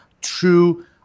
true